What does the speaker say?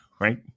right